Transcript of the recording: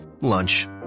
lunch